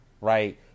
Right